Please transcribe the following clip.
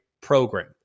program